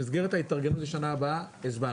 במסגרת ההתארגנות לשנה הבאה, הסברתי.